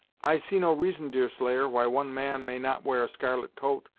i see no reason, deerslayer, why one man may not wear a scarlet coat,